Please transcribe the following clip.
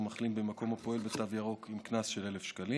מחלים במקום הפועל בתו ירוק וקנס של 1,000 שקלים,